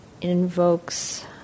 invokes